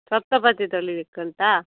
ಸಪ್ತಪದಿ ತುಳಿಲಿಕ್ಕೆ ಉಂಟಾ